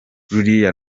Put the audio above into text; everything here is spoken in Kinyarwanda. ruriya